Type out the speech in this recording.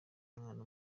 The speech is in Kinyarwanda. umwana